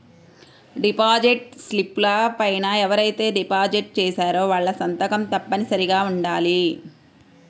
deposit స్లిపుల పైన ఎవరైతే డిపాజిట్ చేశారో వాళ్ళ సంతకం తప్పనిసరిగా ఉండాలి